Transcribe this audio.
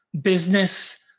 business